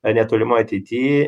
netolimoj ateity